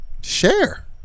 Share